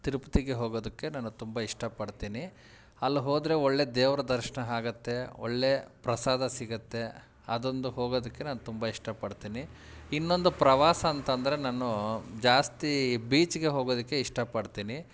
ತಿರುಪತಿಗೆ ಹೋಗೋದಕ್ಕೆ ನಾನು ತುಂಬ ಇಷ್ಟಪಡ್ತೀನಿ ಅಲ್ಲಿ ಹೋದರೆ ಒಳ್ಳೆ ದೇವರ ದರ್ಶನ ಆಗತ್ತೆ ಒಳ್ಳೆ ಪ್ರಸಾದ ಸಿಗತ್ತೆ ಅದೊಂದು ಹೋಗೋದಕ್ಕೆ ನಾನು ತುಂಬ ಇಷ್ಟಪಡ್ತೀನಿ ಇನ್ನೊಂದು ಪ್ರವಾಸ ಅಂತಂದರೆ ನಾನು ಜಾಸ್ತಿ ಬೀಚ್ಗೆ ಹೋಗೋದಕ್ಕೆ ಇಷ್ಟಪಡ್ತೀನಿ